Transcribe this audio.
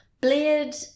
Blade